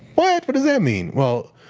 what? what does that mean? well,